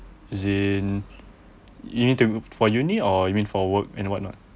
as in you need to for uni or you mean for work and what not